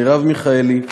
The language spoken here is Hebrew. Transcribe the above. מרב מיכאלי,